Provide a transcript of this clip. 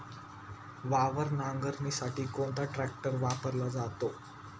वावर नांगरणीसाठी कोणता ट्रॅक्टर वापरला जातो?